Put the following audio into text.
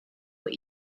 what